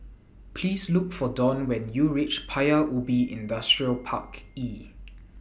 Please Look For Dawn when YOU REACH Paya Ubi Industrial Park E